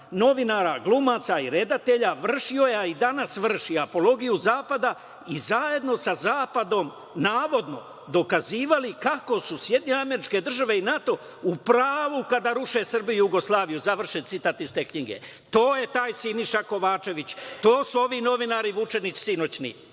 novinara, glumaca i reditelja vršio je, a i danas vrši, apologiju zapada i zajedno sa zapadom, navodno dokazivali kako su SAD i NATO u pravu kada ruše Srbiju i Jugoslaviju“, završen citat iz te knjige. To je taj Siniša Kovačević. To su ovi novinari, Vučenić, sinoćni.